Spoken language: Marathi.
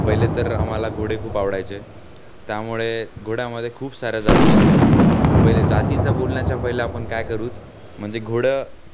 पहिले तर आम्हाला घोडे खूप आवडायचे त्यामुळे घोड्यामध्ये खूप साऱ्या जाती आहेत आहेत पहिले जातीचं बोलण्याच्या पहिले आपण काय करूत म्हणजे घोडं